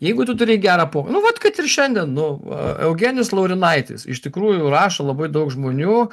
jeigu tu turi gerą po nu vat kad ir šiandien nu va eugenijus laurinaitis iš tikrųjų rašo labai daug žmonių